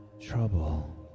trouble